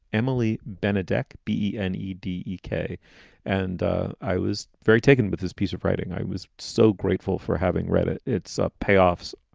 emily benedek, b n. tdk. and ah i was very taken with this piece of writing. i was so grateful for having read it. it's up payoff's.